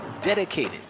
dedicated